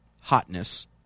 hotness